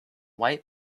white